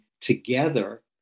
together